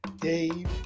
Dave